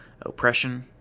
oppression